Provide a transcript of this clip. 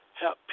help